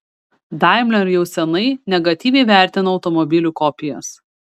daimler jau senai negatyviai vertina automobilių kopijas